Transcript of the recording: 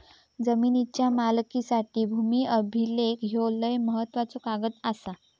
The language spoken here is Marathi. जमिनीच्या मालकीसाठी भूमी अभिलेख ह्यो लय महत्त्वाचो कागद आसा